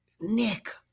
Nick